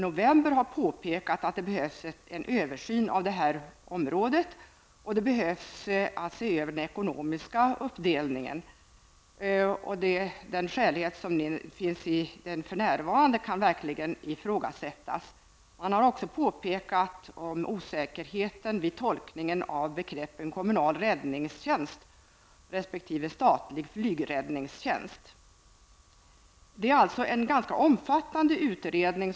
november, har påpekat att det behövs en översyn på detta område liksom vad gäller uppdelningen av det ekonomiska ansvaret. Skäligheten i den nuvarande ordningen kan verkligen ifrågasättas. Man har också påpekat osäkerheten vid tolkningen av begreppen ''kommunal räddningstjänst'' resp. Länsstyrelsen kräver alltså en ganska omfattande utredning.